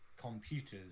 computers